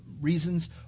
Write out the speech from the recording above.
reasons